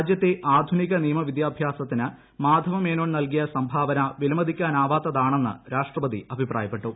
രാജ്യത്തെ ആധുനിക നിയമ വിദ്യാഭ്യാസത്തിന് മാധവമേനോൻ നൽകിയ സംഭാവന വിലമതിക്കാനാവാത്തതാണെന്ന് രാഷ്ട്രപതി അഭിപ്രായപ്പെട്ടു